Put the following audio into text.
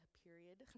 period